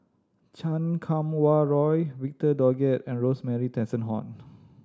Chan Kum Wah Roy Victor Doggett and Rosemary Tessensohn